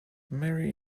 marry